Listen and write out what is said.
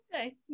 Okay